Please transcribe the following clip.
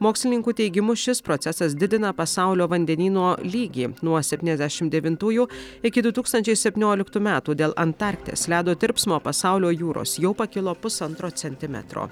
mokslininkų teigimu šis procesas didina pasaulio vandenyno lygį nuo septyniasdešim devintųjų iki du tūkstančiai septynioliktų metų dėl antarkties ledo tirpsmo pasaulio jūros jau pakilo pusantro centimetro